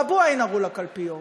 באבּוּהה ינהרו לקלפיות.